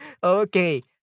Okay